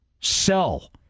sell